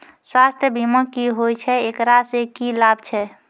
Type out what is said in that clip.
स्वास्थ्य बीमा की होय छै, एकरा से की लाभ छै?